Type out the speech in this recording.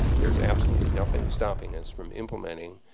there is absolutely nothing stopping us from implementing